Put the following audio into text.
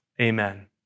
amen